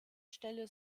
stelle